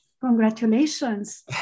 congratulations